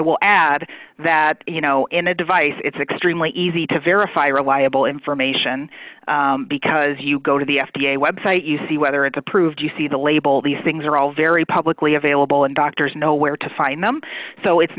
will add that you know in a device it's extremely easy to verify reliable information because you go to the f d a website you see whether it's approved you see the label these things are all very publicly available and doctors know where to find them so it's